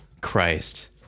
christ